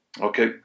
Okay